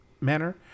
manner